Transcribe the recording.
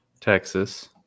Texas